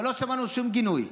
אבל לא שמענו שום גינוי.